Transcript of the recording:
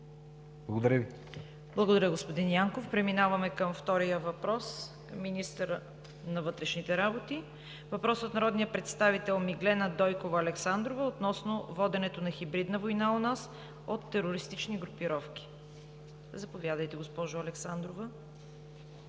КАРАЯНЧЕВА: Благодаря, господин Янков. Преминаваме към втория въпрос към министъра на вътрешните работи. Въпрос от народния представител Миглена Дойкова Александрова относно воденето на хибридна война у нас от терористични групировки. Заповядайте, госпожо Александрова,